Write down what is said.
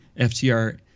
FTR